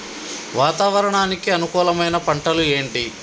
వాతావరణానికి అనుకూలమైన పంటలు ఏంటి?